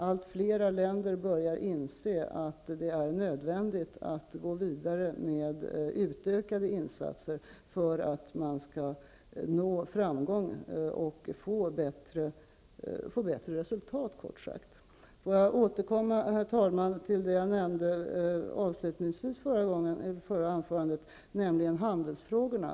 Allt fler länder börjar inse att det är nödvändigt att gå vidare med utökade insatser för att nå framgång och kort sagt få bättre resultat. Herr talman! Jag vill återkomma till det jag avslutningsvis tog upp i mitt förra anförande, nämligen handelsfrågorna.